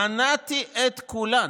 מנעתי את כולן,